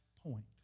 point